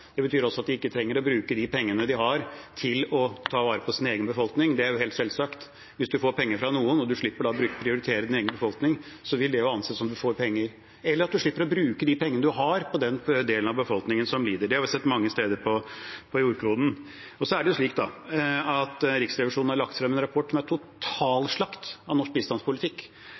Det betyr også at de ikke trenger å bruke de pengene de har, til å ta vare på egen befolkning. Det er helt selvsagt. Hvis man får penger fra noen, slipper man å prioritere egen befolkning – eller man slipper å bruke de pengene man har, på den delen av befolkningen som lider. Det har vi sett mange steder på jordkloden. Riksrevisjonen har lagt fram en rapport med totalslakt av norsk bistandspolitikk. Hvis man rister på hodet av det, bør man lese det som står der: Man når ikke sine utviklingspolitiske mål, man når ikke mennesker det er